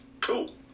cool